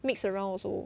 mix around also